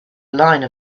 line